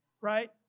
right